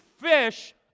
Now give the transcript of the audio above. fish